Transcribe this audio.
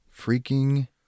freaking